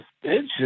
suspension